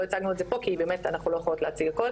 לא הצגנו את זה פה כי באמת אנחנו לא יכולות להציג הכל,